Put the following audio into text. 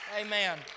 Amen